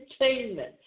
entertainment